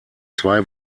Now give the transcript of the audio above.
zwei